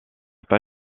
pas